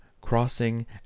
crossing